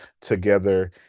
together